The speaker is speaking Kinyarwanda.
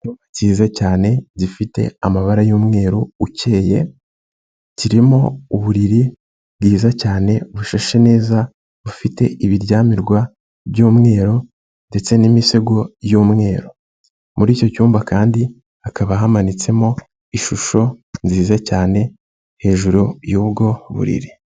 Cyiza cyane gifite amabara y'umweru ukeye kirimo uburiri bwiza cyane bushashe neza bufite ibiryamirwa by'umweru ndetse n'imisego y'umweru, muri icyo cyumba kandi hakaba hamanitsemo ishusho nziza cyane hejuru y'ubwo buriri.